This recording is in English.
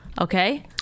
Okay